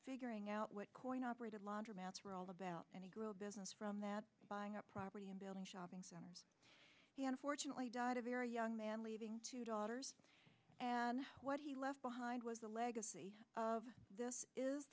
figuring out what coin operated laundromats were all about any girl business from that buying up property in building shopping centers and fortunately died a very young man leaving two daughters and what he left behind was a legacy of this is